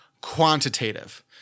quantitative